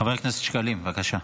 חבר הכנסת שקלים, בבקשה.